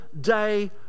day